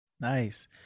Nice